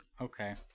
Okay